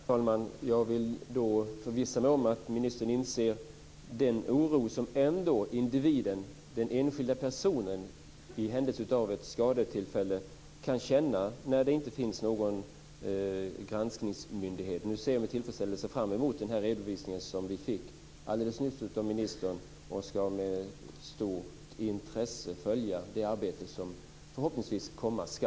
Herr talman! Jag vill då förvissa mig om att ministern inser den oro som individen, den enskilda personen, i händelse av ett skadetillfälle ändå kan känna när det inte finns någon granskningsmyndighet. Nu ser jag med tillfredsställelse fram emot den redovisning som ministern gav alldeles nyss. Jag ska med stort intresse följa det arbete som förhoppningsvis komma ska.